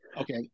okay